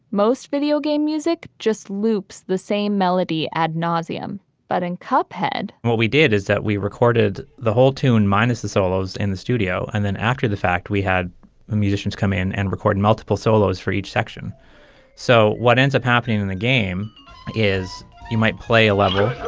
most video music just loops the same melody ad nauseum but in cup head, what we did is that we recorded the whole tune minus the solos in the studio and then after the fact we had the musicians come in and recorded multiple solos for each section so what ends up happening in the game is you might play a lover